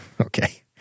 Okay